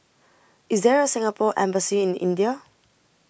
IS There A Singapore Embassy in India